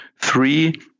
three